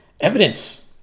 evidence